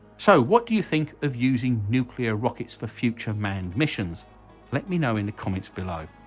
so what do you think of using nuclear rockets for future manned missions let me know in the comments below.